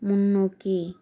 முன்னோக்கி